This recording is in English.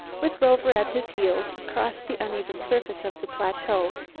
with rover at his heels, he crossed the uneven surface of the plateau,